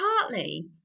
partly